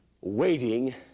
waiting